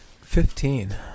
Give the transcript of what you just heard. Fifteen